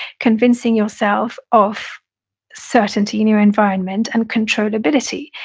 convincing yourself of certainty in your environment and controllability.